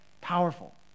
Powerful